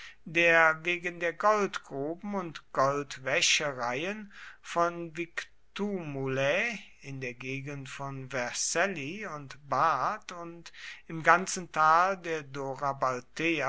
der wegen der goldgruben und goldwäschereien von victumulae in der gegend von vercelli und bard und im ganzen tal der